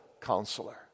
counselor